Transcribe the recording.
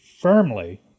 firmly